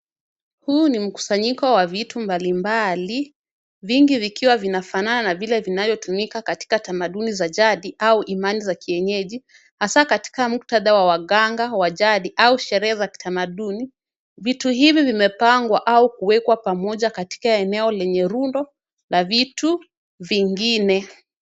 Huu ni mkusanyiko wa vitu mbali mbali, vingi vikiwa vinafanana na vile vinavyotumika katika tamaduni za jadi au imani za kienyaji, hasa katika muktatha wa waganga wa jadi au sherehe za kitamaduni. Vitu hivi vimepangwa au kuwekwa pamoja katika eneo lenye rundo la vitu vingine.